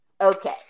Okay